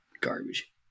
Garbage